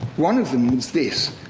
one of them is this.